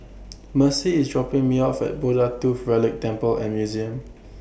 Mercy IS dropping Me off At Buddha Tooth Relic Temple and Museum